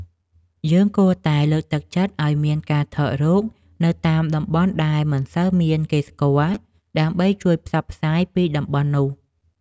យើងគួរតែលើកទឹកចិត្តឱ្យមានការថតរូបនៅតាមតំបន់ដែលមិនសូវមានគេស្គាល់ ដើម្បីជួយផ្សព្វផ្សាយពីតំបន់នោះ។